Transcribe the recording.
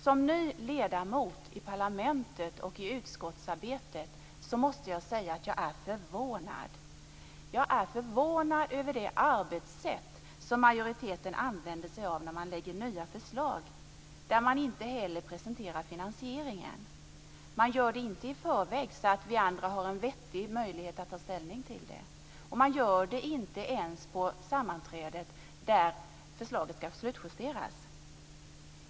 Som ny ledamot i parlamentet och i utskottsarbetet måste jag säga att jag är förvånad över det arbetssätt som majoriteten använder sig av när man lägger fram nya förslag och inte presenterar finansieringen. Man gör det inte i förväg så att vi andra har en vettig möjlighet att ta ställning till det. Man gör det inte ens vid sammanträdet där förslaget skall slutjusteras.